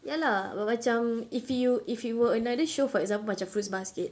ya lah but macam if you if it were another show for example macam Fruits Basket